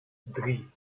drie